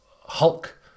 Hulk